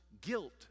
guilt